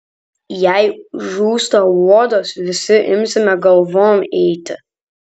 jei žūsta uodas visi imsime galvom eiti